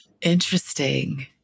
Interesting